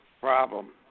problem